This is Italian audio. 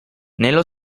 nello